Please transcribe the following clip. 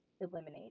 eliminate